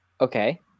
Okay